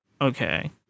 Okay